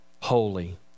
holy